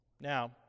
Now